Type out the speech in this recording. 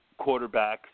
quarterbacks